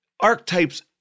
archetypes